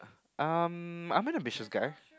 um I'm an ambitious guy